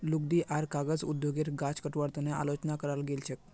लुगदी आर कागज उद्योगेर गाछ कटवार तने आलोचना कराल गेल छेक